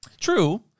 True